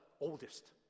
oldest